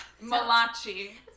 Malachi